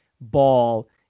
ball